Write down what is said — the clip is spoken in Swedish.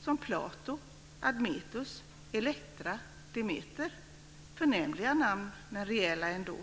som Plato, Admetus, Elektra, Demeter - förnämliga namn men rejäla ändå.